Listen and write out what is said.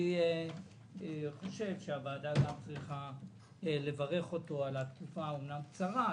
אני חושב שהוועדה צריכה לברך אותו על התקופה אמנם קצרה,